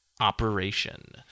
operation